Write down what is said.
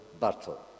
battle